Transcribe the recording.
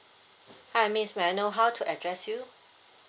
hi miss may I know how to address you